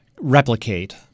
replicate